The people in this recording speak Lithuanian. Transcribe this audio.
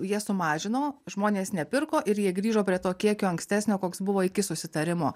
jie sumažino žmonės nepirko ir jie grįžo prie to kiekio ankstesnio koks buvo iki susitarimo